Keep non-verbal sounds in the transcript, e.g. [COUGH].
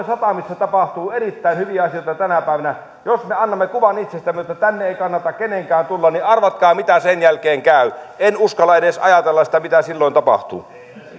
[UNINTELLIGIBLE] satamissa tapahtuu erittäin hyviä asioita tänä päivänä jos me annamme sellaisen kuvan itsestämme että tänne ei kannata kenenkään tulla niin arvatkaa mitä sen jälkeen käy en uskalla edes ajatella sitä mitä silloin tapahtuu ja